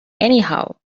anyhow